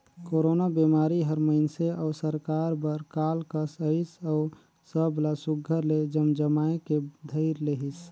corona बिमारी हर मइनसे अउ सरकार बर काल कस अइस अउ सब ला सुग्घर ले जमजमाए के धइर लेहिस